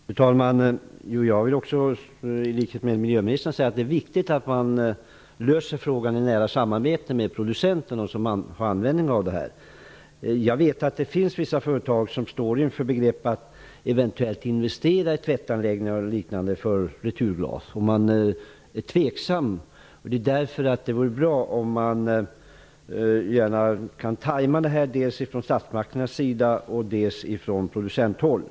Fru talman! Jag vill i likhet med miljöministern säga att det är viktigt att man löser frågan i nära samarbete med producenten. Jag vet att det finns vissa företag som står i begrepp att eventuellt investera i exempelvis tvättanläggningar för returglas, men de känner sig tveksamma. Därför vore det bra om detta kunde tajmas dels från statsmakternas sida och dels från producenthåll.